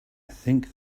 think